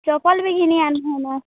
ଚପଲ୍ ବି ଘିନି ଆନ୍ମାନ